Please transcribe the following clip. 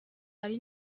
ari